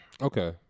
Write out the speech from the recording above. okay